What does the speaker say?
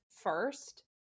first